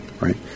right